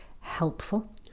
helpful